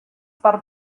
per